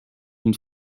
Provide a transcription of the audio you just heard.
une